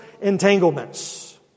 entanglements